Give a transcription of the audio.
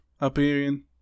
appearing